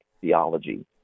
theology